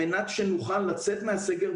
שנגיע למצב שבו נוריד את הסטנדרט